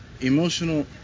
emotional